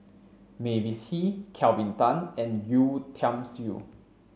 Mavis Hee Kelvin Tan and Yeo Tiam Siew